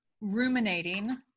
ruminating